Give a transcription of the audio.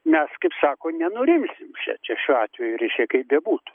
mes kaip sako nenurimsim čia čia šiuo atveju reiškia kaip bebūtų